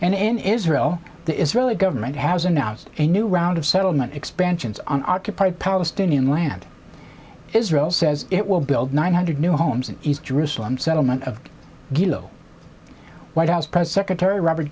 and in israel the israeli government has announced a new round of settlement expansions on occupied palestinian land israel says it will build one hundred new homes in east jerusalem settlement of guillot white house press secretary robert